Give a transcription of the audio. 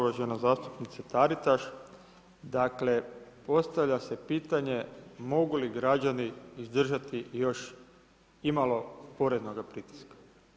Zvažena zastupnice Taritaš, dakle postavlja se pitanje mogu li građani izdržati još imalo poreznoga pritiska.